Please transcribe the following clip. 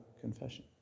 confession